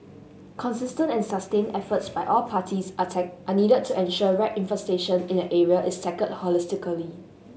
consistent and sustained efforts by all parties are are needed to ensure rat infestation in an area is tackled holistically